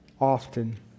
often